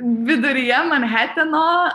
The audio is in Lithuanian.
viduryje manheteno